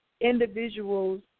individuals